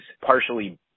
partially